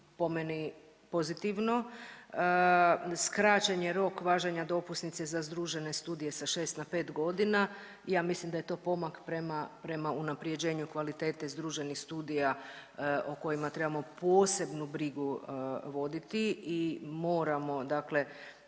po meni pozitivno skraćen je rok važenja dopusnice za združene studije sa 6 na 5 godina. Ja mislim da je to pomak prema unapređenju kvalitete združenih studija o kojima trebamo posebnu brigu voditi i moramo, dakle